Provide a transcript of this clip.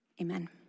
Amen